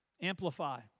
Amplify